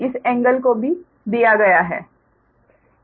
इस एंगल को भी दिया गया है